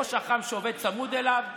לראש אח"ם, שעובד צמוד אליו?